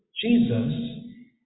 Jesus